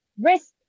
risk